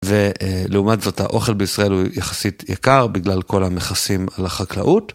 ולעומת זאת האוכל בישראל הוא יחסית יקר בגלל כל המכסים על החקלאות.